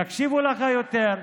יקשיבו לך יותר,